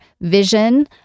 vision